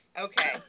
Okay